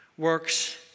works